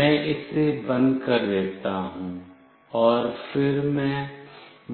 मैं इसे बंद कर देता हूं और फिर मैं